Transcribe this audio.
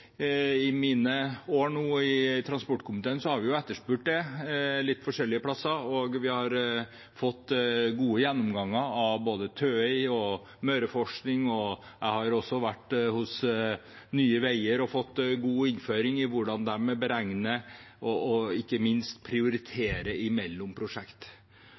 Gjennom mine år i transportkomiteen nå har vi etterspurt det litt forskjellige plasser. Vi har fått gode gjennomganger av både TØI og Møreforsking, og jeg har også vært hos Nye Veier og fått en god innføring i hvordan de beregner og ikke minst prioriterer mellom